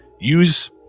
use